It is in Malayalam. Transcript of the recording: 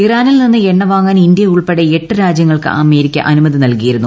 ഇറാനിൽ നിന്ന് എണ്ണ വാങ്ങാൻ ഇന്ത്യ ഉൾപ്പെടെ എട്ട് രാജ്യങ്ങൾക്ക് അമേരിക്ക അനുമതി നൽകിയിരുന്നു